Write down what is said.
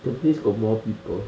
tampines got more people